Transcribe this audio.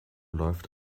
läuft